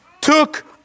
took